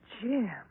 Jim